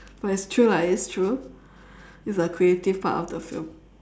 but it's true lah it's true it's a creative part of the film